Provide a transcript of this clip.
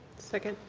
second.